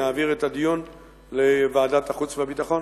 נעביר את הדיון לוועדת החוץ והביטחון.